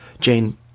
Jane